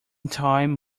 time